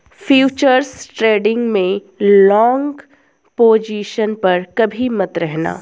futures trading में long position पर कभी मत रहना